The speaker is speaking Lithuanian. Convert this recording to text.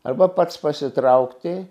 arba pats pasitraukti